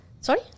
Sorry